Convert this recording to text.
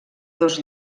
dos